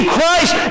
Christ